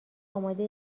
آماده